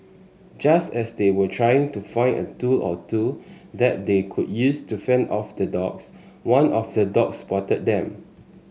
just as they were trying to find a tool or two that they could use to fend off the dogs one of the dog spotted them